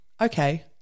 Okay